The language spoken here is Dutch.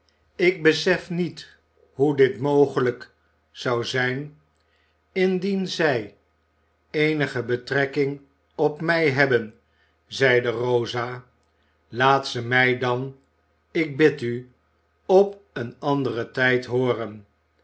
ik besef niet hoe dit mogelijk zou zijn indien zij eenige betrekking op mij hebben zeide rosa laat ze mij dan ik bid u op een anderen tijd hooren